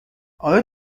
آیا